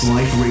Life